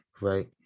right